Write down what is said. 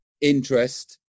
interest